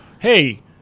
hey